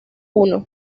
uno